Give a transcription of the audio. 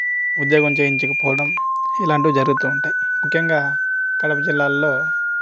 ఉద్యోగం చేయించకపోవడం ఇలాంటివి జరుగుతూ ఉంటాయి ముఖ్యంగా కడప జిల్లాలో